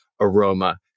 aroma